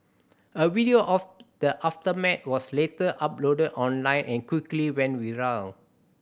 a video of the aftermath was later uploaded online and quickly went viral